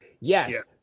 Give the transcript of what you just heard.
Yes